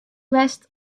west